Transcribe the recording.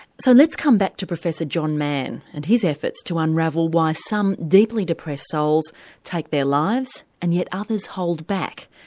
so let's come back to professor john mann and his efforts to unravel why some deeply depressed souls take their lives, and yet others hold back.